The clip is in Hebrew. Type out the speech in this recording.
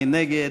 מי נגד?